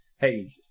Hey